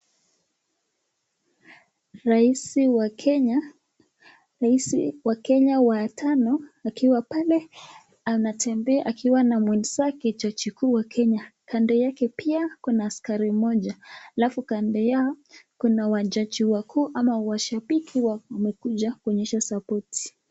Rais wa Kenya. Rais wa Kenya wa tano, akiwa pale anatembea akiwa na mwenzake jaji mkuu wa Kenya. Kando yake pia kuna askari mmoja. Alafu kando yao kuna wajaji wakuu ama washabiki wamekuja kuonyesha sapoti.